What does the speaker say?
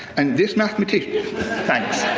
and this mathematician thanks.